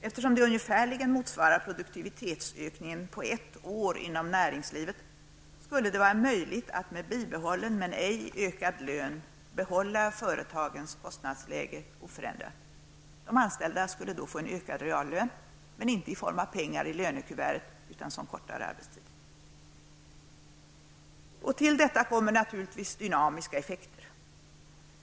Eftersom det ungefärligen motsvarar produktivitetsökningen inom näringslivet under ett år, skulle det vara möjligt att med bibehållen men ej ökad lön behålla företagens kostnadsläge oförändrat. De anställda skulle då få en ökad reallön, men inte i form av pengar i lönekuvertet, utan som kortare arbetstid. Till detta kommer naturligtvis dynamiska effekter.